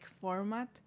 format